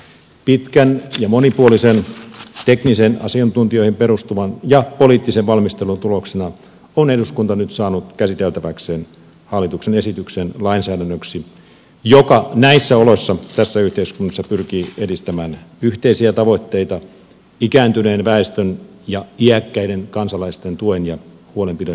pitkän ja monipuolisen teknisen asiantuntijoihin perustuvan ja poliittisen valmistelun tuloksena on eduskunta nyt saanut käsiteltäväkseen hallituksen esityksen lainsäädännöksi joka näissä oloissa tässä yhteiskunnassa pyrkii edistämään yhteisiä tavoitteita ikääntyneen väestön ja iäkkäiden kansalaisten tuen ja huolenpidon järjestämisessä